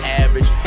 average